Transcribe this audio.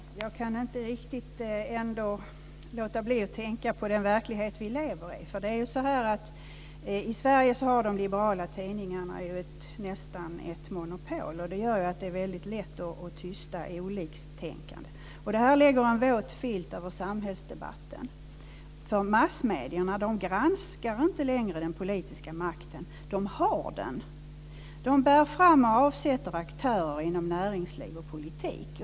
Fru talman! Jag kan ändå inte riktigt låta bli att tänka på den verklighet vi lever i. I Sverige har de liberala tidningarna nästan ett monopol. Det gör att det är väldigt lätt att tysta oliktänkande. Det lägger en våt filt över samhällsdebatten. Massmedierna granskar inte längre den politiska makten, de har den. De bär fram och avsätter aktörer inom näringsliv och politik.